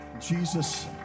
Jesus